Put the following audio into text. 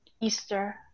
Easter